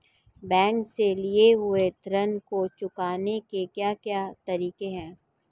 Bank से लिए हुए ऋण को चुकाने के क्या क्या तरीके हैं?